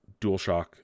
DualShock